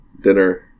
dinner